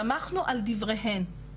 סמכנו על דבריהן,